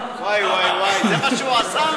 וואי, וואי, זה מה שהוא עשה?